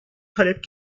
talep